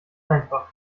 einfach